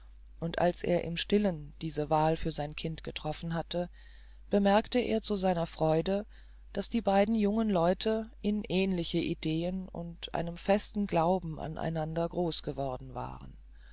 und als er im stillen diese wahl für sein kind getroffen hatte bemerkte er zu seiner freude daß die beiden jungen leute in ähnlichen ideen und einem festen glauben an einander groß geworden waren